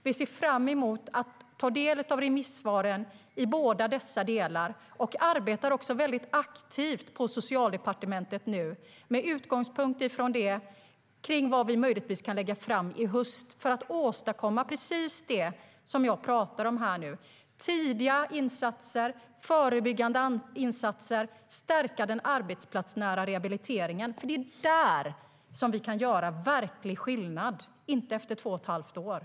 Vi ser fram emot att ta del av remissvaren i båda dessa delar.